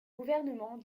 gouvernement